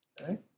Okay